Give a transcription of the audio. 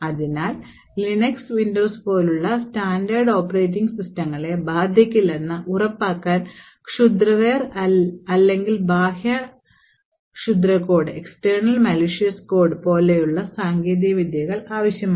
അതിനാൽ Linux Windows പോലുള്ള standard operating സിസ്റ്റങ്ങളെ ബാധിക്കില്ലെന്ന് ഉറപ്പാക്കാൻ ക്ഷുദ്രവെയർ അല്ലെങ്കിൽ ബാഹ്യ ക്ഷുദ്ര കോഡ് പോലെയുള്ള സാങ്കേതിക വിദ്യകൾ ആവശ്യമാണ്